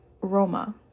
Roma